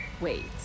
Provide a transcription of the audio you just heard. wait